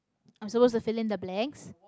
i'm supposed to fill in the blanks